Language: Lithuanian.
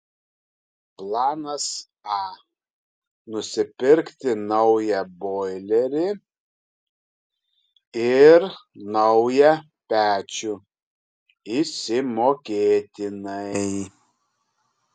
planas a nusipirkti naują boilerį ir naują pečių išsimokėtinai